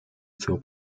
zur